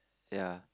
ya